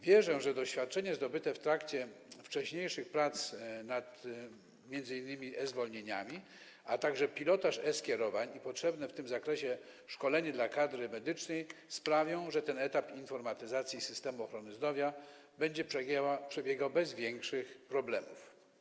Wierzę, że doświadczenia zdobyte w trakcie wcześniejszych prac, m.in. nad e-zwolnieniami, a także pilotaż e-skierowań i potrzebne w tym zakresie szkolenie dla kadry medycznej sprawią, że ten etap informatyzacji systemu ochrony zdrowia będzie przebiegał bez większych problemów.